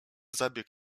zabieg